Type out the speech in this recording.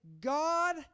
God